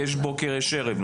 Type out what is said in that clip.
כי יש בוקר, יש ערב.